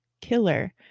killer